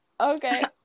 Okay